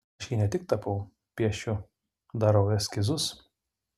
aš jį ne tik tapau piešiu darau eskizus